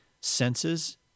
senses